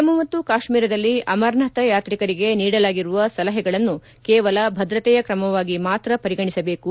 ಜಮ್ಮ ಮತ್ತು ಕಾಶ್ಮೀರದಲ್ಲಿ ಅಮರನಾಥ ಯಾತ್ರಿಕರಿಗೆ ನೀಡಲಾಗಿರುವ ಸಲಹೆಗಳನ್ನು ಕೇವಲ ಭದ್ರತೆಯ ತ್ರಮವಾಗಿ ಮಾತ್ರ ಪರಿಗಣಿಸಬೇಕು